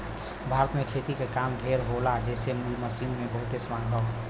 भारत में खेती के काम ढेर होला जेसे इ मशीन के बहुते मांग हौ